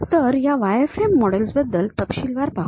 तर या वायरफ्रेम मॉडेल्सबद्दल तपशीलवार पाहू